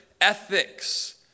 ethics